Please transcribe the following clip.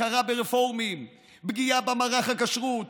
הכרה ברפורמים, פגיעה במערך הכשרות,